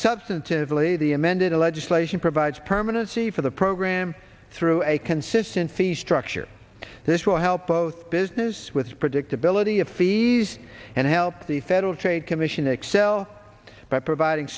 substantively the amended the legislation provides permanency for the program through a consistent fee structure this will help both business with predictability of fees and help the federal trade commission excel by providing